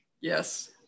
Yes